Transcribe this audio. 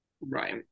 Right